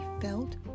felt